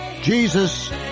Jesus